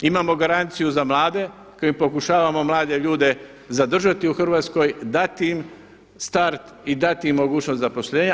Imamo garanciju za mlade kojom pokušavamo mlade ljude zadržati u Hrvatskoj, dati im start i dati im mogućnost zaposlenja.